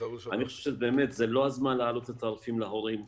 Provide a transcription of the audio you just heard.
אני חושב שזה באמת לא הזמן להעלות את התעריפים להורים,